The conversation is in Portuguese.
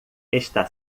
está